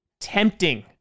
tempting